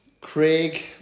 Craig